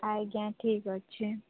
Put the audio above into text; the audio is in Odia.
ଆଜ୍ଞା ଠିକ୍ ଅଛି